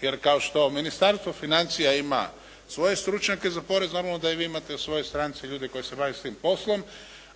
Jer kao što Ministarstvo financija ima svoje stručnjake za porez, normalno da i vi imate u svojoj stranci ljude koji se bave tim poslom,